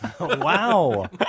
Wow